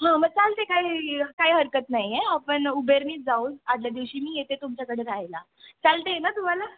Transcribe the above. हां मं चालते काही काही हरकत नाही आहे आपण उबेरनीच जाऊ आदल्या दिवशी मी येते तुमच्याकडे राहायला चालतेय ना तुम्हाला